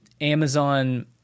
Amazon